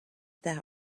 that